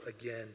again